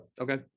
Okay